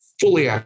fully